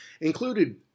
included